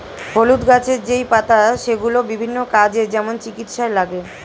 হলুদ গাছের যেই পাতা সেগুলো বিভিন্ন কাজে, যেমন চিকিৎসায় লাগে